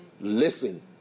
Listen